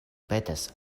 petas